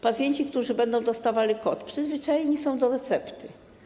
Pacjenci, którzy będą dostawali kod, przyzwyczajeni są do recepty.